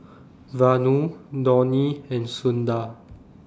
Vanu Dhoni and Sundar